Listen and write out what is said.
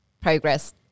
progress